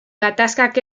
gatazkak